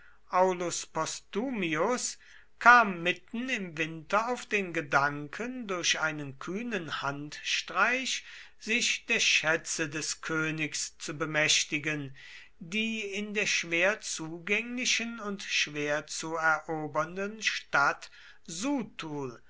aulus postumius kam mitten im winter auf den gedanken durch einen kühnen handstreich sich der schätze des königs zu bemächtigen die in der schwer zugänglichen und schwer zu erobernden stadt